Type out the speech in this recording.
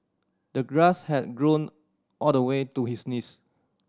the grass had grown all the way to his knees